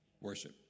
Worship